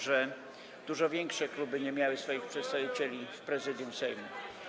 że dużo większe kluby nie miały swoich przedstawicieli w Prezydium Sejmu.